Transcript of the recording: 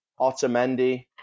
Otamendi